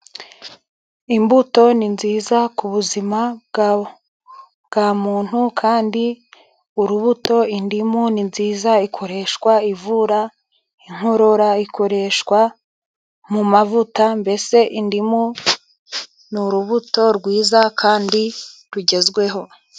Imbuto ni nziza ku buzima bwa muntu kandi urubuto indimu ni nziza ikoreshwa ivura inkorora, ikoreshwa mu mavuta. Mbese indimu ni urubuto rwiza kandi rugezweho.